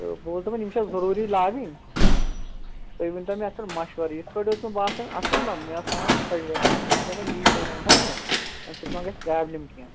تہٕ بہٕ اوسُس دَپان یِم چھا ضٔروٗری لاگٕنۍ تُہۍ ؤنۍتو مےٚ اَتھ پٮ۪ٹھ مَشوَر یِتھ کٔٹھۍ اوس مےٚ باسان اَصٕل نَہ مےٚ اوس پانَس خۄش گَژھان بہٕ اوسُس دَپان یی تۄہہِ ونہو بہٕ اَمہِ سۭتۍ مَہ گژھِ پرٛابلِم کیٚنٛہہ